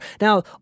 Now